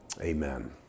amen